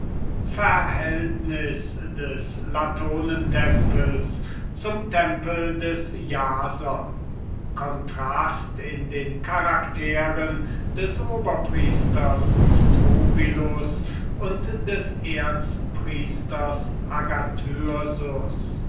verhältnis des latonentempels zum tempel des jasons contrast in den charakteren des oberpriesters strobylus und des erzpriesters